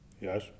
Yes